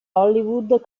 hollywood